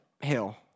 hill